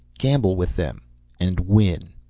gamble with them and win.